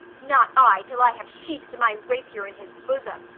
not i, till i have sheath'd my rapier in his bosom,